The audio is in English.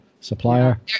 supplier